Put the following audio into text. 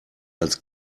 als